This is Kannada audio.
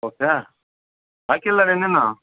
ಹೌದಾ ಹಾಕಿಲ್ಲ ನೀನು ಇನ್ನೂ